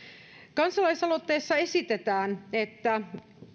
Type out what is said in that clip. kansalaisaloitteessa esitetään että